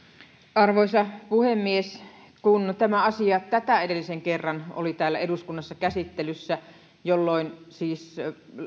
arvoisa puhemies kun tämä asia edellisen kerran oli täällä eduskunnassa käsittelyssä jolloin siis